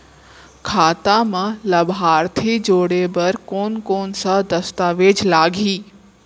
खाता म लाभार्थी जोड़े बर कोन कोन स दस्तावेज लागही?